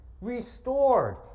restored